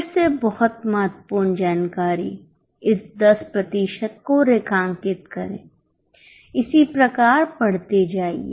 फिर से बहुत महत्वपूर्ण जानकारी इस 10 प्रतिशत को रेखांकित करें इसी प्रकार पढ़ते जाइए